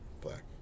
black